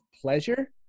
pleasure